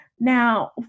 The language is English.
Now